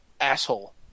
asshole